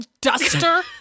Duster